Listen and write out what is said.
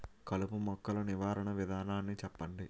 కలుపు మొక్కలు నివారణ విధానాన్ని చెప్పండి?